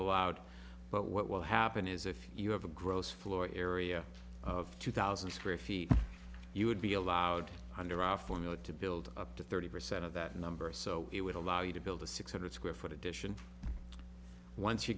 allowed but what will happen is if you have a gross floor area of two thousand square feet you would be allowed under our formula to build up to thirty percent of that number so it would allow you to build a six hundred square foot addition once you